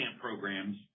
programs